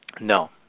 no